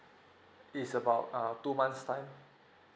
it's about err two months time